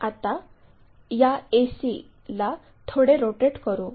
आता या ac ला थोडे रोटेट करू